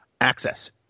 access